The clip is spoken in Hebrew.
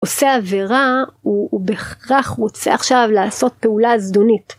עושה עבירה הוא בהכרח רוצה עכשיו לעשות פעולה הזדונית